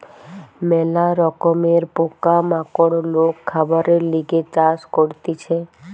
ম্যালা রকমের পোকা মাকড় লোক খাবারের লিগে চাষ করতিছে